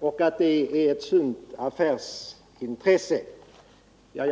och att detta är ett sunt affärsintresse för företaget.